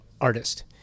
artist